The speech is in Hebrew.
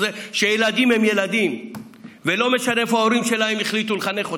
שילדים הם ילדים ולא משנה איפה ההורים שלהם החליטו לחנך אותם,